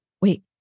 Wait